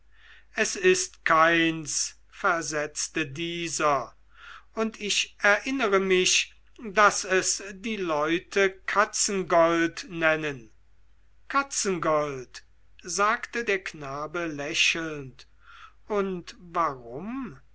es ist keins versetzte dieser und ich erinnere mich daß es die leute katzengold nennen katzengold sagte der knabe lächelnd und warum